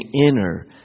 inner